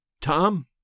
Tom